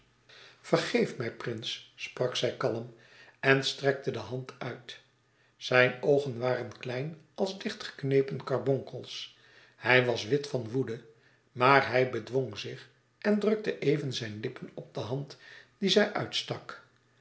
vergeef mij prins sprak zij kalm en strekte de hand uit zijn oogen waren klein als dichtgeknepen karbonkels hij was wit van woede maar hij bedwong zich en drukte even zijn lippen op de hand die zij uitstak